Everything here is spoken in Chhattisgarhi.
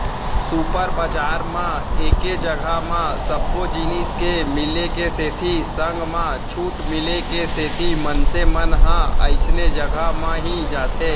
सुपर बजार म एके जघा म सब्बो जिनिस के मिले के सेती संग म छूट मिले के सेती मनसे मन ह अइसने जघा म ही जाथे